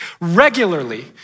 regularly